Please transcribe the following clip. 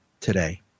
today